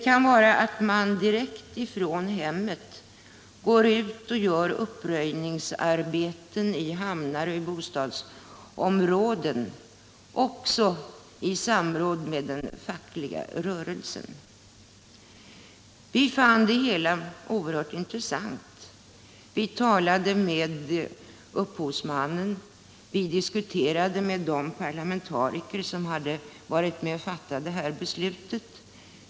Man kan också direkt från hemmet gå ut och göra uppröjningsarbeten i hamnar och bostadsområden, också då i samråd med den fackliga rörelsen. Vi fann det hela oerhört intressant. Vi talade med upphovsmannen, vi diskuterade med de parlamentariker som hade varit med och fattat det här beslutet.